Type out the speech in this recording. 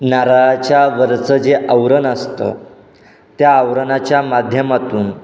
नारळाच्या वरचं जे आवरण असतं त्या आवरणाच्या माध्यमातून